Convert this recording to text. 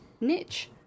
niche